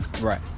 Right